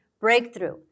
breakthrough